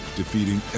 defeating